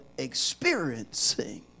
experiencing